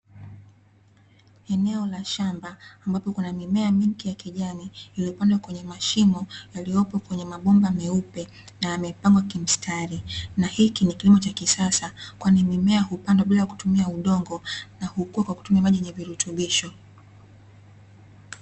Eneo la shamba ambapo kuna mimea mingi ya kijani iliyopandwa kwenye mashimo, yaliyopo kwenye mabo, ba meupe na yamepangwa kimstari, na hiki ni kilimo cha kisasa kwani mimea hupandwa bila kutumia udongo, na hukua kwa kutumia maji yenye virutubisho.